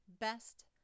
best